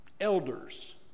Elders